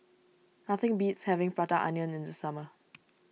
nothing beats having Prata Onion in the summer